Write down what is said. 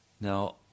Now